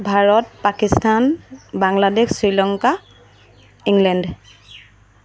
Bharat Pakistan Bangladesh Sri Lanka England